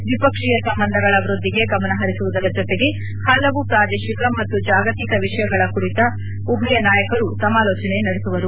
ದ್ವಿಪಕ್ಷೀಯ ಸಂಬಂಧಗಳ ವೃದ್ದಿಗೆ ಗಮನಹರಿಸುವುದರ ಜೊತೆಗೆ ಹಲವು ಪ್ರಾದೇಶಿಕ ಮತ್ತು ಜಾಗತಿಕ ವಿಷಯಗಳ ಕುರಿತು ಉಭಯ ನಾಯಕರು ಸಮಾಲೋಚನೆ ನಡೆಸುವರು